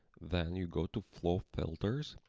then you go to flow filters,